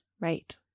Right